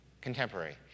Contemporary